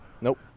Nope